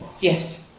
yes